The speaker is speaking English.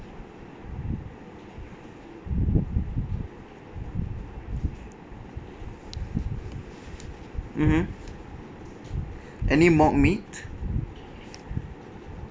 mmhmm any mock meat